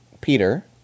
Peter